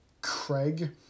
Craig